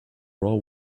raw